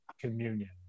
communion